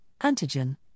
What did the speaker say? antigen